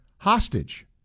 Hostage